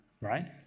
right